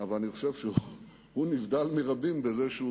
אבל אני חושב שהוא נבדל מרבים בזה שהוא